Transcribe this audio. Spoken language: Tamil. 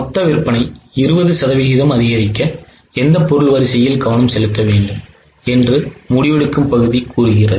மொத்த விற்பனை 20 சதவீதம் அதிகரிக்க எந்த பொருள் வரிசையில் கவனம் செலுத்த வேண்டும் என்று முடிவெடுக்கும் பகுதி கூறுகிறது